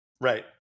right